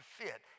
fit